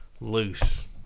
loose